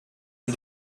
van